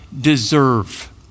deserve